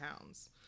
pounds